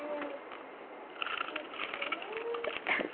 साढ़े